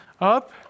up